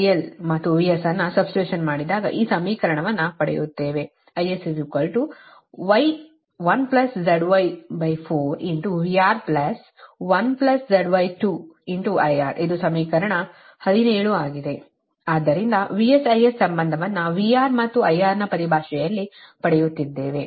IL ಮತ್ತು VS ಅನ್ನು substitute ಮಾಡಿದಾಗ ಈ ಸಮೀಕರಣವನ್ನು ಪಡೆಯುತ್ತೇವೆ IS Y1ZY4 VR1ZY2IR ಇದು ಸಮೀಕರಣ17 ಆಗಿದೆ ಆದ್ದರಿಂದ VS IS ಸಂಬಂಧವನ್ನು VR ಮತ್ತು IR ನ ಪರಿಭಾಷೆಯಲ್ಲಿ ಪಡೆದದ್ದೇವೆ